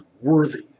worthy